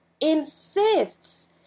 insists